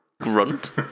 grunt